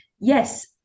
yes